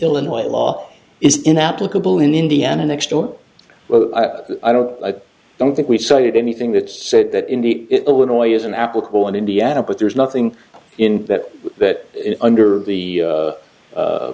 illinois law is in applicable in indiana next door well i don't i don't think we've cited anything that said that in the illinois isn't applicable in indiana but there's nothing in that that under the